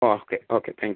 okay okay thank you